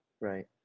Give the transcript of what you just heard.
Right